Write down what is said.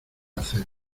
hacer